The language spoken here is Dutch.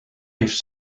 heeft